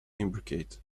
imbricate